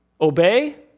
Obey